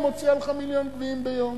היא מוציאה לך מיליון גביעים ביום.